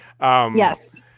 Yes